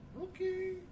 Okay